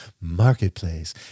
Marketplace